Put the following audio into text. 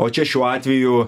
o čia šiuo atveju